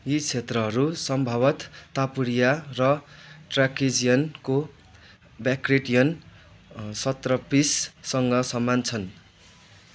यी क्षेत्रहरू सम्भवतः तापुरिया र ट्राकिजियानको ब्याक्ट्रियन सत्रपिससँग समान छन्